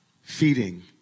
feeding